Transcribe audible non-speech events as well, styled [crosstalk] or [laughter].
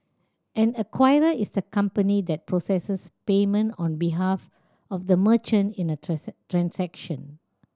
an acquirer is the company that processes payment on behalf of the merchant in a [unintelligible] transaction